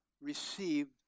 received